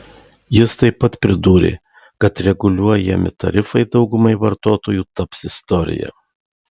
jis taip pat pridūrė kad reguliuojami tarifai daugumai vartotojų taps istorija